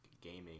gaming